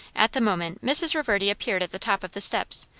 at the moment, mrs. reverdy appeared at the top of the steps,